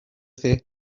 thi